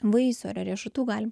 vaisių ar riešutų galim